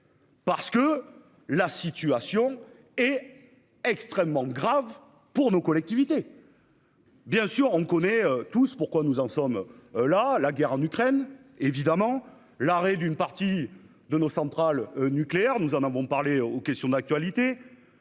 Parce que la situation est extrêmement grave pour nos collectivités.-- Bien sûr, on connaît tous pourquoi nous en sommes là. La guerre en Ukraine. Évidemment l'arrêt d'une partie de nos centrales nucléaires nous en avons parlé aux questions d'actualité